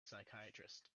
psychiatrist